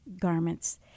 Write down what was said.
garments